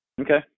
Okay